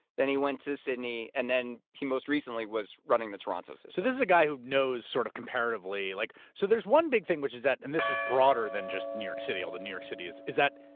then he went to sydney. and then, he most recently was running the toronto system. so so this is a guy who knows sort of comparatively, like. so there's one big thing which is that. and this is broader than just new york city, although new york city. is is that,